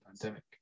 pandemic